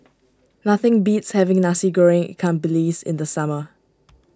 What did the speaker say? nothing beats having Nasi Goreng Ikan Bilis in the summer